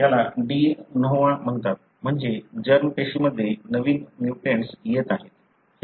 याला de novo म्हणतात म्हणजे जर्म पेशींमध्ये नवीन म्यूटेशन येत आहे